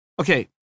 Okay